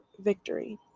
victory